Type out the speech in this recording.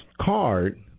card